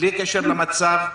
בלי קשר למצב.